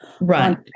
Right